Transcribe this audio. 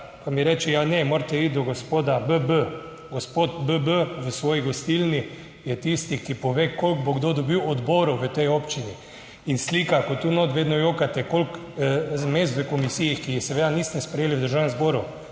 pa mi reče: "Ja, ne, morate iti do gospoda B.B. Gospod B.B. v svoji gostilni je tisti, ki pove, koliko bo kdo dobil odborov v tej občini." In slika, ko tu notri vedno jokate, koliko mest v komisiji, ki jih seveda niste sprejeli v Državnem zboru,